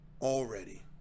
already